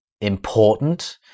important